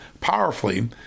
powerfully